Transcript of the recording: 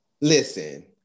listen